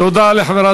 תודה,